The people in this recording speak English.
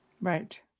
Right